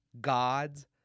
God's